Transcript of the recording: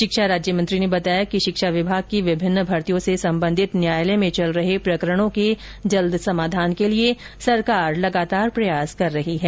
शिक्षा राज्य मंत्री ने बताया कि शिक्षा विभाग की विभिन्न भर्तियों से संबंधित न्यायालयों में चल रहे प्रकरणों के जल्द समाधान के लिये सरकार लगातार प्रयास कर रही है